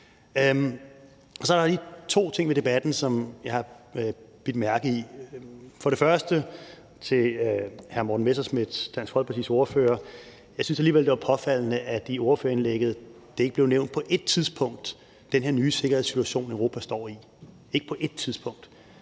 Så er der lige to ting ved debatten, som jeg har bidt mærke i. For det første til hr. Morten Messerschmidt, Dansk Folkepartis ordfører: Jeg synes alligevel, det var påfaldende, at den her nye sikkerhedssituation, Europa står i, ikke blev nævnt på ét tidspunkt